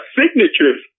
signatures